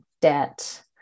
debt